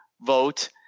vote